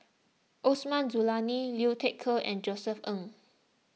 Osman Zailani Liu Thai Ker and Josef Ng